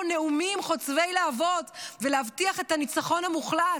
נאומים חוצבי להבות ולהבטיח את הניצחון המוחלט,